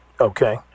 Okay